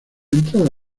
entrada